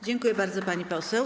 Dziękuję bardzo, pani poseł.